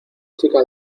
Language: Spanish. chica